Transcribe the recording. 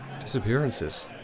Disappearances